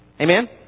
Amen